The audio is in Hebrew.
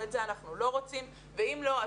ואת זה אנחנו לא רוצים ואם לא,